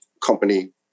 company